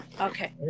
Okay